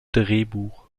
drehbuch